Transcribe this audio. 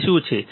તે શું છે